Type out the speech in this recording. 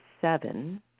seven